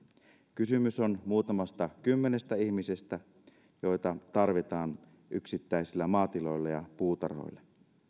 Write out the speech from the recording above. kysymys on muutamasta kymmenestä ihmisestä joita tarvitaan yksittäisillä maatiloilla ja puutarhoilla